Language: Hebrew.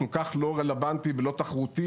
כל כך לא רלוונטי ולא תחרותי,